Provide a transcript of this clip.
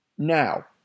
Now